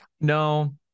No